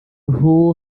who